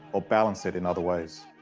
or balance it in other ways.